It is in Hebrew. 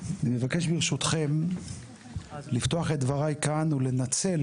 אני מבקש ברשותכם לפתוח את דבריי כאן ולנצל